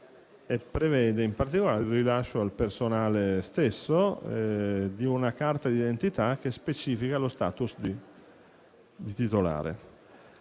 e prevede, in particolare, il rilascio al personale stesso di una carta di identità che specifica lo *status* di titolare.